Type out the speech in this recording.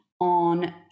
on